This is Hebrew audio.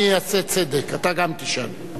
אני אעשה צדק, גם אתה תשאל.